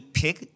pick